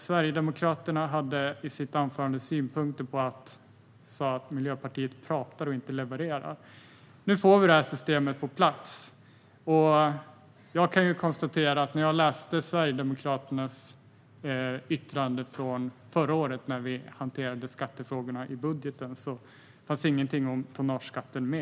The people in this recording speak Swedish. Sverigedemokraterna hade i sitt anförande synpunkter och sa att Miljöpartiet pratar och inte levererar. Nu får vi systemet på plats. Jag har läst Sverigedemokraternas yttrande från förra året, när vi hanterade skattefrågorna i budgeten, och kan konstatera att det inte fanns med något om tonnageskatten.